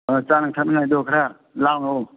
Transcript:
ꯑꯥ ꯆꯥꯅ ꯊꯛꯅꯤꯡꯉꯥꯏꯗꯣ ꯈꯔ ꯂꯥꯡꯉꯣ